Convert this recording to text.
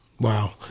Wow